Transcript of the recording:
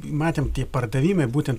matėm tie pardavimai būtent